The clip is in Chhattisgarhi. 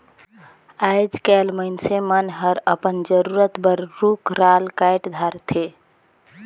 आयज कायल मइनसे मन हर अपन जरूरत बर रुख राल कायट धारथे